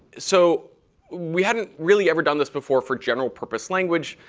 so we haven't really ever done this before for general purpose language.